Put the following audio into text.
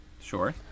Sure